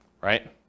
right